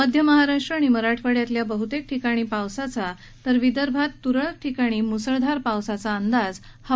मध्य महाराष्ट आणि मराठवाडयातल्या बहतेक ठिकाणी पावसाचा तर विदर्भातील तुरळक ठिकाणी मुसळधार पावसाचा अंदाज आहे